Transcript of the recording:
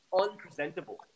unpresentable